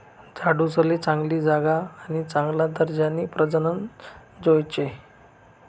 झाडूसले चांगली जागा आणि चांगला दर्जानी प्रजनन जोयजे